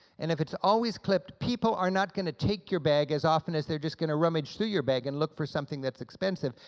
and if it's always clipped, people are not going to take your bag as often as they're just going to rummage through your bag and look for something that's expensive,